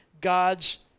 God's